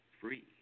free